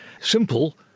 Simple